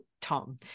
Tom